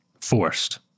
forced